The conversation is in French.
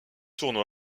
tournoi